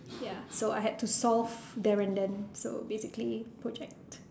ya so I have to solve there and then so basically project